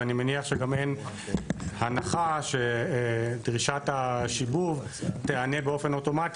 ואני מניח שגם אין הנחה שדרישת השיבוב תענה באופן אוטומטי